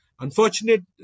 Unfortunate